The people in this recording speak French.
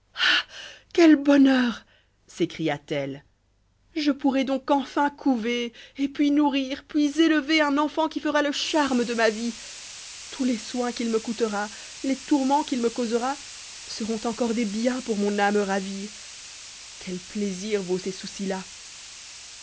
quel bonheur s'écria-t-elle je pourrai donc enfin couver et puis nourrir puis élever un infant qui fera le charme de ma vie tous les soins qu'il me coûtera les tourments qù il me causera seront encor des biens pour mon âme ravie quel plaisir vaut ces soucis là